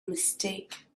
mistake